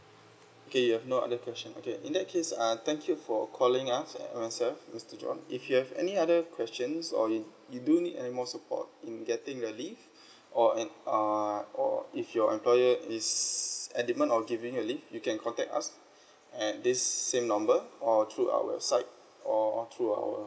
okay you have no other question okay in that case err thank you for calling us at uh myself mister john if you have any other questions or if you do need any more support in getting your leave or and uh or if your employer is enigma of giving your leave you can contact us at this same number or through our website or through our